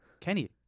Kenny